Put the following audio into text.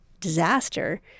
disaster